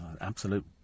absolute